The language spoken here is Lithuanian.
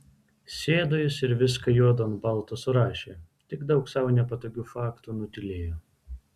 sėdo jis ir viską juodu ant balto surašė tik daug sau nepatogių faktų nutylėjo